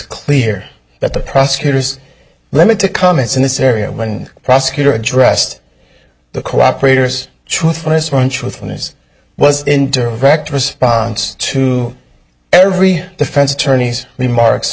clear that the prosecutors limit the comments in this area when the prosecutor addressed the cooperators truthfulness ranch with the news was interact response to every defense attorney's remarks